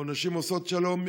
או נשים עושות שלום,